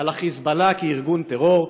על ה"חיזבאללה" כארגון טרור,